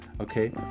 okay